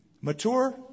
Mature